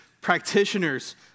practitioners